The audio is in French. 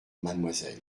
mademoiselle